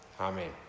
Amen